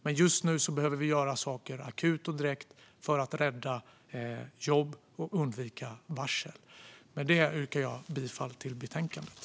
Men just nu behöver vi göra saker akut och direkt för att rädda jobb och undvika varsel. Med detta yrkar jag bifall till förslaget i betänkandet.